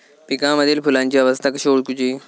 पिकांमदिल फुलांची अवस्था कशी ओळखुची?